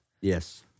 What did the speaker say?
Yes